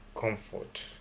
comfort